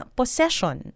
possession